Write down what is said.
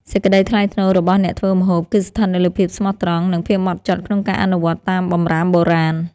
សេចក្តីថ្លៃថ្នូររបស់អ្នកធ្វើម្ហូប គឺស្ថិតនៅលើភាពស្មោះត្រង់ និងភាពម៉ត់ចត់ក្នុងការអនុវត្តតាមបម្រាមបុរាណ។